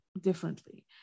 differently